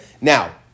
Now